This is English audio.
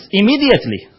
immediately